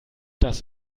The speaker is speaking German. das